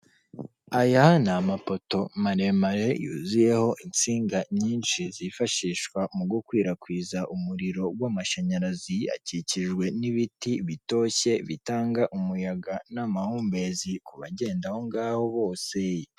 Aya ni amapoto maremare, yuzuyeho insinga nyinshi zifashishwa mu gukwirakwiza umuriro w'amashanyarazi, akikijwe n'ibiti bitoshye bitanga umuyaga n'amahumbezi, kubagenda aho ngaho bose.